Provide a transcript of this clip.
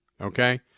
okay